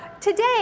today